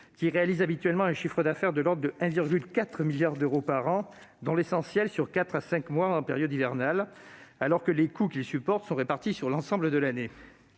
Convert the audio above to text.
Ils réalisent habituellement un chiffre d'affaires de l'ordre de 1,4 milliard d'euros par an, dont l'essentiel dans un intervalle de quatre à cinq mois en période hivernale, alors que les coûts qu'ils supportent sont répartis sur l'ensemble de l'année.